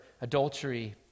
adultery